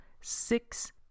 six